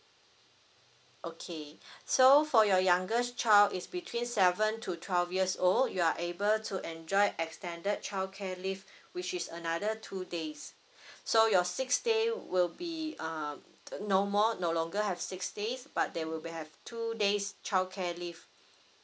okay so for your youngest child is between seven to twelve years old you are able to enjoy extended childcare leave which is another two days so your six day will be uh the no more no longer have six days but there will be have two days childcare leave